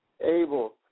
able